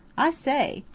i say!